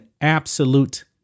absolute